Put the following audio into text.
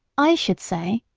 i should say,